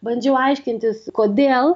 bandžiau aiškintis kodėl